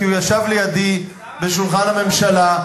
כי הוא ישב לידי בשולחן הממשלה.